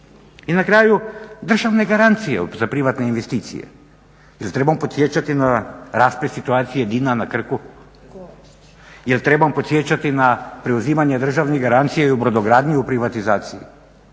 I na kraju, državne garancije za privatne investicije. Jel' trebam podsjećati na raspad situacije Dina na Krku? Jel' trebam podsjećati na preuzimanje državne garancije i u brodogradnji i u privatizaciji?